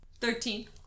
Thirteen